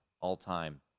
all-time